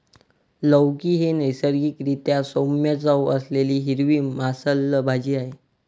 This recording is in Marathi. लौकी ही नैसर्गिक रीत्या सौम्य चव असलेली हिरवी मांसल भाजी आहे